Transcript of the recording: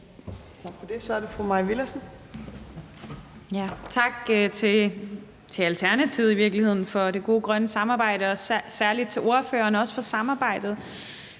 tak til Alternativet for det gode grønne samarbejde og særlig også til ordføreren for samarbejdet